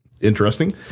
interesting